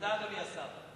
תודה, אדוני השר.